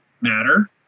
matter